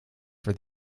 for